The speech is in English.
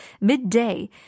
midday